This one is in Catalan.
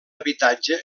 habitatge